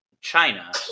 China